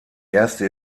erste